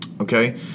okay